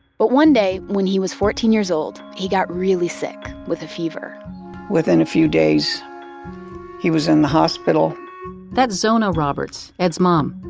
but one day, when he was fourteen years old, he got really sick, with a fever within a few days he was in the hospital that's zona roberts. ed's mom.